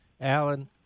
Alan